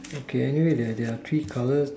okay anyway there there are three colour